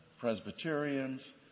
Presbyterians